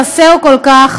החסר כל כך